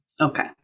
okay